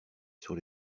sur